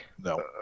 No